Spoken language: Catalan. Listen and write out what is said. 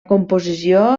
composició